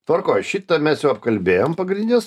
tvarkoj šitą mes jau apkalbėjom pagrindines